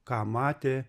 ką matė